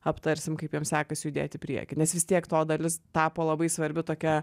aptarsim kaip jiem sekasi judėt į priekį nes vis tiek to dalis tapo labai svarbiu tokia